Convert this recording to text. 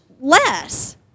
less